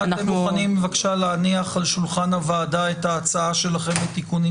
האם אתם מוכנים בבקשה להניח על שולחן הוועדה את ההצעה שלכם לתיקונים,